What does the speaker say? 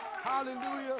Hallelujah